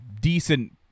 decent